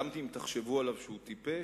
גם אם תחשבו עליו שהוא טיפש,